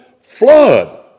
flood